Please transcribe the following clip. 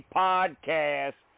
podcast